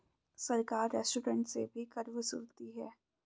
सरकार रेस्टोरेंट से भी कर वसूलती है